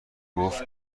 گفته